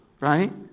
right